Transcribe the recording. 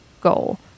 goal